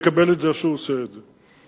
מקבל את זה שהוא עושה את זה.